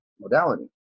modality